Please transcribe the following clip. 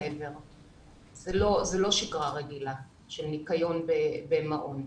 זאת לא שגרה רגילה של ניקיון במעון.